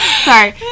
sorry